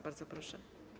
Bardzo proszę.